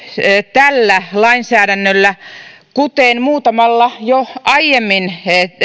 tällä lainsäädännöllä kuten muutamalla jo aiemmin